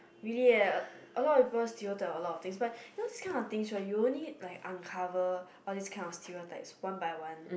really eh a lot of people stereotype a lot things but you know this kind of thing right you only uncover all this kind of stereotypes one by one